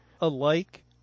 alike